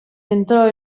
entrò